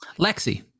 Lexi